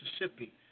Mississippi